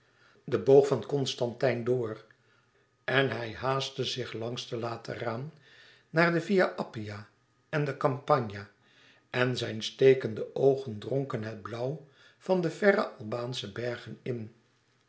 den boog van constantijn door door en hij haastte zich langs het lateraan naar de via appia en de campagna en zijne stekende oogen dronken het blauw van de verre albaansche bergen in